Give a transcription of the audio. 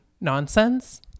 nonsense